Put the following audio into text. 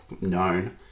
known